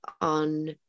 on